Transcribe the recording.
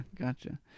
Gotcha